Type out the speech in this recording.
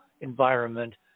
environment